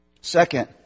Second